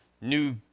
new